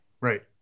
Right